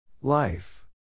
Life